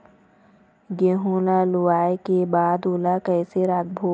गेहूं ला लुवाऐ के बाद ओला कइसे राखबो?